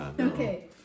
Okay